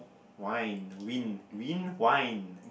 wine wind wind wine